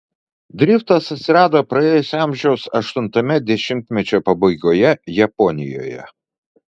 driftas atsirado praėjusio amžiaus aštuntame dešimtmečio pabaigoje japonijoje